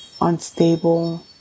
unstable